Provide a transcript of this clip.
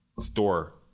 store